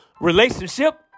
relationship